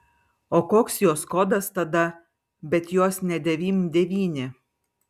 o koks jos kodas tada bet jos ne devym devyni